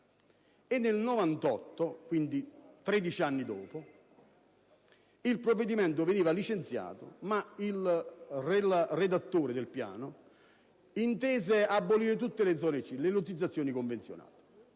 Nel 1998, 13 anni dopo, il provvedimento veniva licenziato, ma il redattore del piano intese abolire tutte le zone C, le lottizzazioni convenzionate.